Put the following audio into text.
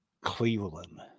Cleveland